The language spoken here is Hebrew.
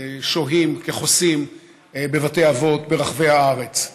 ששוהים כחוסים בבתי אבות ברחבי הארץ.